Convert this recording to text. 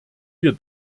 wir